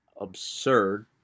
absurd